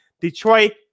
Detroit